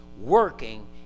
working